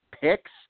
picks